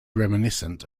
reminiscent